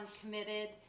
committed